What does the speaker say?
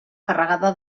carregada